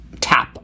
tap